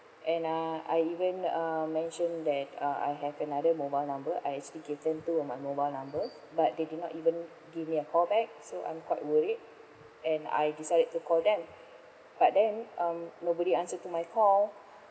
and uh I even um mentioned that uh I have another mobile number I speak with them two of my number number but they did not even give me a call back so I'm quite worried and I decided to call them but then um nobody answer to my call